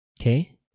okay